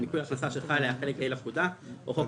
בניכוי הכנסה שחל עליה חלק ה' לפקודה או חוק